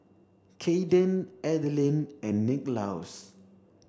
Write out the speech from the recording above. Cayden Adaline and Nicklaus